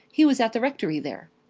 he was at the rectory there.